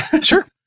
Sure